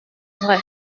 vrai